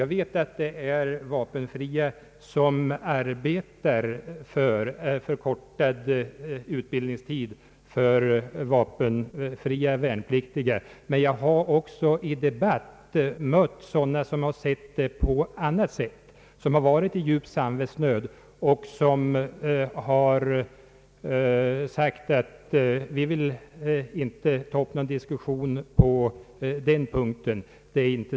Jag vet att det finns vapenfria värnpliktiga som arbetar för en förkortad utbildning, men jag har också i debatt mött sådana som har varit i djup samvetsnöd och sagt att de inte vill ta upp någon diskussion om värnpliktstiden.